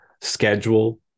schedule